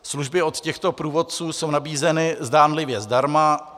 Služby od těchto průvodců jsou nabízeny zdánlivě zdarma.